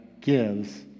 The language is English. gives